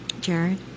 Jared